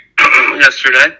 yesterday